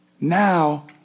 Now